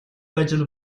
ажил